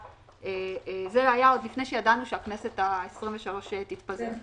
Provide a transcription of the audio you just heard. זה היה עוד לפני שידענו שהכנסת ה-23 תתפזר.